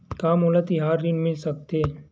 का मोला तिहार ऋण मिल सकथे?